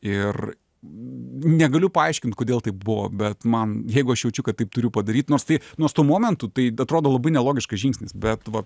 ir negaliu paaiškint kodėl taip buvo bet man jeigu aš jaučiu kad taip turiu padaryt nors tai nors tuo momentu tai atrodo labai nelogiškas žingsnis bet va